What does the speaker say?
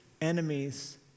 enemies